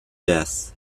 death